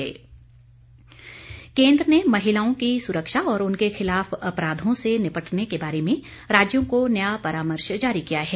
महिला सुरक्षा केन्द्र ने महिलाओं की सुरक्षा और उनके खिलाफ अपराधों से निपटने के बारे में राज्यों को नया परामर्श जारी किया है